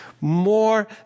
more